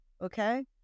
Okay